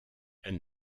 elle